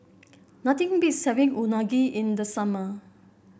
nothing beats having Unagi in the summer